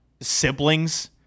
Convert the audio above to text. siblings—